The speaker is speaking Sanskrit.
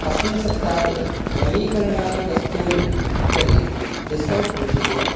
अस्मिन् सप्ताहे नवीकरणानि वस्तूनि उपरि डिस्कौण्ट् भविष्यति वा